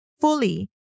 fully